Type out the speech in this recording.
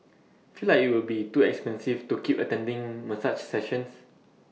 feel like IT will be too expensive to keep attending massage sessions